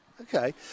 Okay